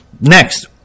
next